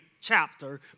chapter